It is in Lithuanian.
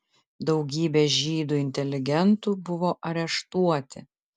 daugybė žydų inteligentų buvo areštuoti